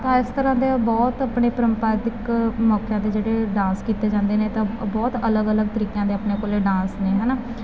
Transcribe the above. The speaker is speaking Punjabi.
ਤਾਂ ਇਸ ਤਰ੍ਹਾਂ ਦੇ ਬਹੁਤ ਆਪਣੇ ਪਰੰਪਰਾਦਿਕ ਮੌਕਿਆਂ 'ਤੇ ਜਿਹੜੇ ਡਾਂਸ ਕੀਤੇ ਜਾਂਦੇ ਨੇ ਤਾਂ ਬਹੁਤ ਅਲੱਗ ਅਲੱਗ ਤਰੀਕਿਆਂ ਦੇ ਆਪਣੇ ਕੋਲ ਡਾਂਸ ਨੇ ਹੈ ਨਾ